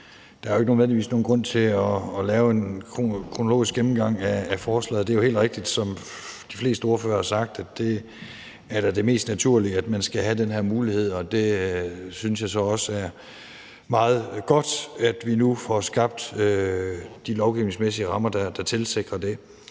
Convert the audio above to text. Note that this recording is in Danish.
nødvendigvis nogen grund til at lave en kronologisk gennemgang af forslaget. Det er jo helt rigtigt, som de fleste ordførere har sagt, at det da er det mest naturlige, at man skal have den her mulighed. Og jeg synes så også, at det er meget godt, at vi nu får skabt de lovgivningsmæssige rammer, der tilsikrer det.